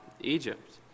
Egypt